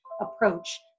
approach